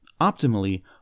Optimally